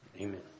Amen